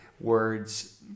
words